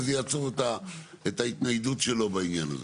וזה יעצור את ההתניידות שלו בעניין הזה.